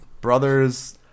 brothers